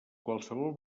qualsevol